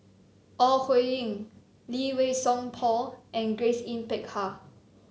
Ore Huiying Lee Wei Song Paul and Grace Yin Peck Ha